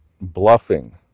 bluffing